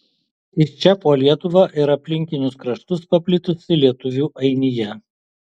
iš čia po lietuvą ir aplinkinius kraštus paplitusi lietuvių ainija